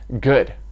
good